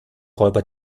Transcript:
räuber